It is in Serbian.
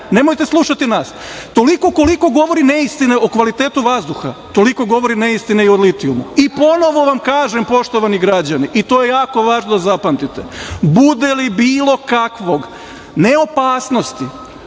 Nemojte slušati nas. Toliko koliko govori neistine o kvalitetu vazduha, toliko govori neistine i o litijumu.I ponovo vam kažem, poštovani građani, i to je jako važno da zapamtite, bude li bilo kakve ne opasnosti,